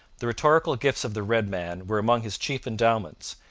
the rhetorical gifts of the red man were among his chief endowments,